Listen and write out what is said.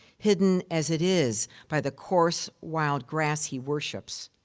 hidden as it is by the coarse wild grass he worships.